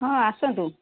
ହଁ ଆସନ୍ତୁ